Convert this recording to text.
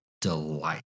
delight